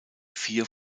vier